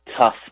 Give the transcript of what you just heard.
tough